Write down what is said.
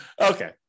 okay